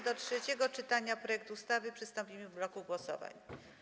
Do trzeciego czytania projektu ustawy przystąpimy w bloku głosowań.